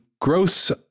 gross